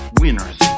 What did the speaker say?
winners